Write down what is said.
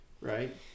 right